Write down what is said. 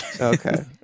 Okay